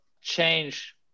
change